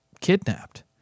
kidnapped